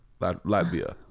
Latvia